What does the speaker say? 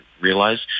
realize